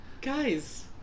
Guys